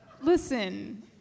Listen